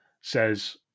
says